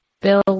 Bill